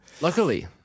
Luckily